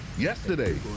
Yesterday